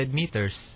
meters